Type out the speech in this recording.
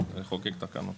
לפיו אנחנו פועלים.